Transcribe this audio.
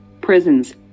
prisons